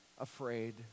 Afraid